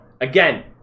Again